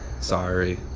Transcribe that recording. Sorry